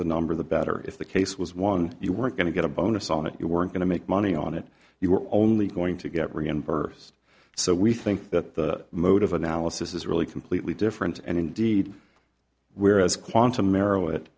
the number the better if the case was one you weren't going to get a bonus on it you weren't going to make money on it you were only going to get reimbursed so we think that the mode of analysis is really completely different and indeed whereas quantum mero it